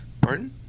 Pardon